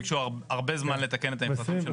ביקשו הרבה זמן לתקן את המפרטים.